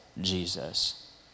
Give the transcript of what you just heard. Jesus